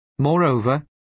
Moreover